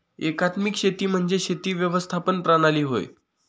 एकात्मिक शेती म्हणजे शेती व्यवस्थापन प्रणाली होय